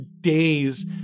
days